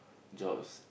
jobs